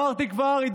כבר אמרתי,